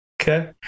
Okay